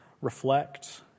reflect